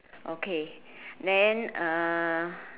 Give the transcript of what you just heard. okay then uh